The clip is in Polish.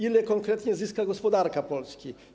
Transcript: Ile konkretnie zyska gospodarka Polski?